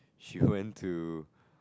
she went to